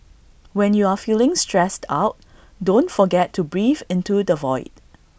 when you are feeling stressed out don't forget to breathe into the void